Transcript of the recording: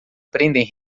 prendem